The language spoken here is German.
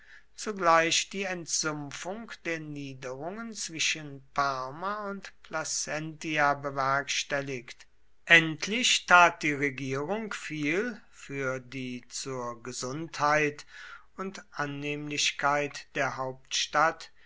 zugleich die entsumpfung der niederungen zwischen parma und placentia bewerkstelligt endlich tat die regierung viel für die zur gesundheit und annehmlichkeit der hauptstadt